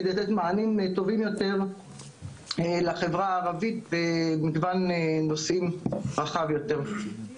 כדי לתת מענים טובים יותר לחברה הערבית במגוון נושאים רחב יותר.